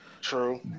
True